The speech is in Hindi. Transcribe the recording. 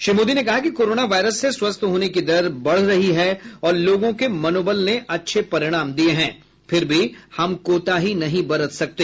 श्री मोदी ने कहा कि कोराना वायरस से स्वस्थ होने की दर बढ़ रही है और लोगों के मनोबल ने अच्छे परिणाम दिए हैं फिर भी हम कोताही नहीं बरत सकते